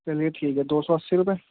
چلیے ٹھیک ہے دو سو اسّی روپئے